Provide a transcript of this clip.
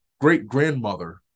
great-grandmother